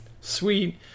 Sweet